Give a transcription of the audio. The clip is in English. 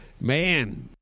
man